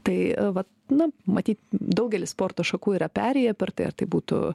tai vat nu matyt daugelis sporto šakų yra perėję per tai ar tai būtų